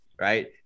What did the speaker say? right